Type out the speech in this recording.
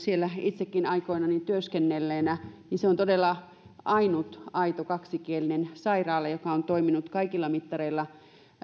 siellä myös itsekin aikoinani työskennelleenä niin se on todella ainut aito kaksikielinen sairaala joka on toiminut kaikilla mittareilla